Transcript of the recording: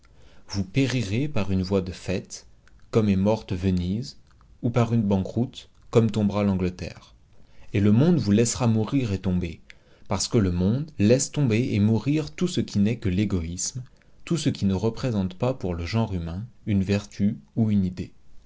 vous périrez par une voie de fait comme est morte venise ou par une banqueroute comme tombera l'angleterre et le monde vous laissera mourir et tomber parce que le monde laisse tomber et mourir tout ce qui n'est que l'égoïsme tout ce qui ne représente pas pour le genre humain une vertu ou une idée